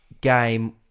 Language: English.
game